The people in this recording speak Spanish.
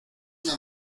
una